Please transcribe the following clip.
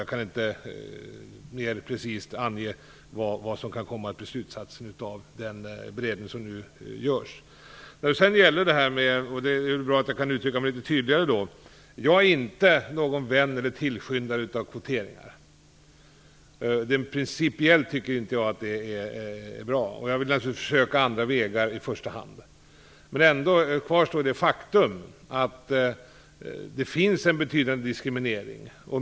Jag kan inte mer precist ange vad som kan komma att bli slutsatsen av den beredning som nu görs. Det är väl bra att jag kan uttrycka mig litet tydligare på nästa punkt, och då vill jag säga att jag inte är någon vän eller tillskyndare av kvoteringar. Principiellt tycker jag inte att det är bra. Jag vill naturligtvis försöka andra vägar i första hand. Ändå kvarstår det faktum att det finns en betydande diskriminering.